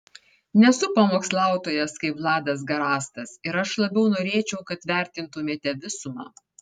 nesu pamokslautojas kaip vladas garastas ir aš labiau norėčiau kad vertintumėte visumą